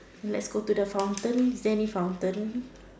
let's go to the fountain daily fountain